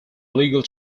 legal